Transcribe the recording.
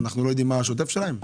האם אנחנו לא יודעים מה השוטף שלהם?